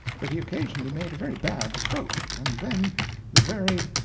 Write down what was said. but he occasionally made a very bad stroke, and then the varied,